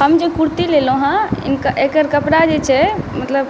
हम जे कुर्ती लेलहुँ हँ एकर कपड़ा जे छै मतलब